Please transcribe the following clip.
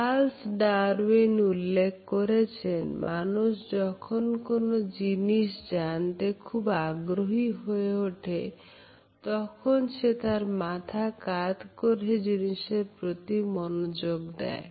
Charles Darwin উল্লেখ করেছেন মানুষ যখন কোন জিনিস জানতে খুব আগ্রহী হয়ে ওঠে তখন সে তার মাথা কাত করে সে জিনিসের প্রতি মনোযোগ দেয়